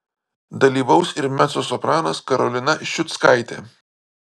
dalyvaus ir mecosopranas karolina ščiuckaitė